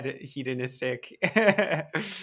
hedonistic